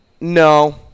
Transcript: No